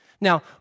Now